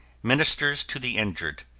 ministers to the injured,